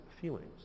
feelings